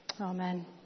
Amen